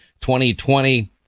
2020